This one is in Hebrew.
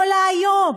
היא עולה היום,